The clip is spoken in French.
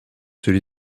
celui